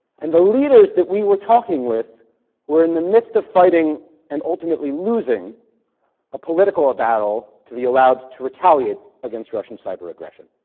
and the leaders that we were talking with were in the midst of fighting and ultimately losing a political battle to be allowed to retaliate against russian cyber aggression.